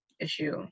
issue